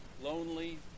lonely